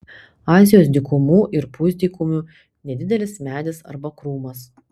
azijos dykumų ir pusdykumių nedidelis medis arba krūmas